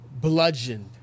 bludgeoned